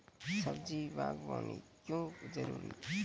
सब्जी बागवानी क्यो जरूरी?